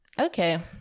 okay